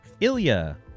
Ilya